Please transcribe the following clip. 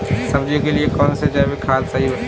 सब्जियों के लिए कौन सी जैविक खाद सही होती है?